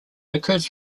occurs